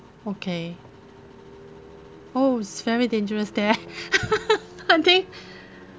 okay oh it's very dangerous there I think